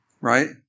right